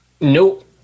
Nope